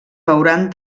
veuran